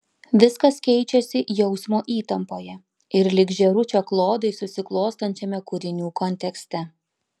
viskas keičiasi jausmo įtampoje ir lyg žėručio klodai susiklostančiame kūrinių kontekste